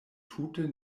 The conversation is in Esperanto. tute